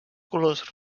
colors